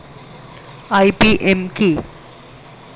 IPM কি?